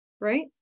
right